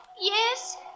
Yes